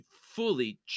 fully